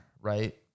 right